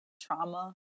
trauma